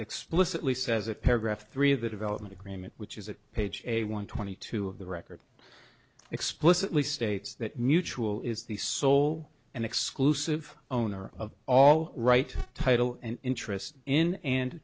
explicitly says it paragraph three of the development agreement which is that page a one twenty two of the record explicitly states that mutual is the sole and exclusive owner of all right title and interest in and